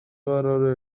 قراره